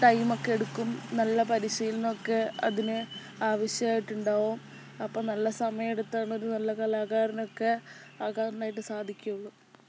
ടൈമൊക്കെ എടുക്കും നല്ല പരിശീലനം ഒക്കെ അതിന് ആവശ്യമായിട്ടുണ്ടാവും അപ്പം നല്ല സമയം എടുത്താണ് ഒരു നല്ല കലാകാരനൊക്കെ ആകാനായിട്ട് സാധിക്കുകയുള്ളു